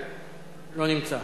לא נמצא,